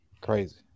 Crazy